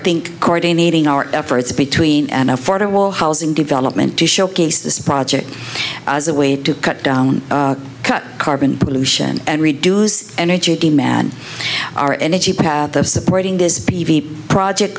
think coordinating our efforts between an affordable housing development to showcase this project as a way to cut down cut carbon pollution and reduce energy demand our energy path of supporting this p v project